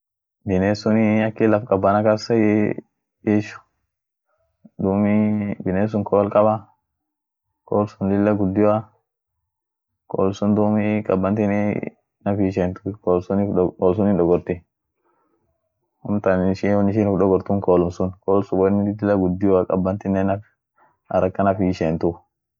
binessunii akinin laf kabana kasii ish, duumi bines sun kool kaba kool sun lilla gudioa kol suni duum kabanti naf hi ishentu kol sunin dogorti, amtan ishin woinshin uf dogortun kolum sun kol woinin lilla gudioa kabantinenen naf haraka naf hi ishentu.